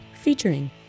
Featuring